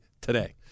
today